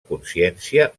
consciència